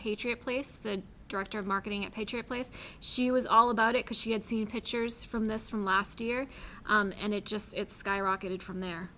patriot place the director of marketing at patriot place she was all about it because she had seen pictures from this from last year and it just it skyrocketed from there